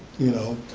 you know,